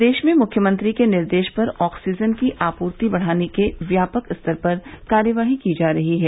प्रदेश में मुख्यमंत्री के निर्देश पर ऑक्सीजन की आपूर्ति बढ़ाने के लिए व्यापक स्तर पर कार्यवाही की जा रही है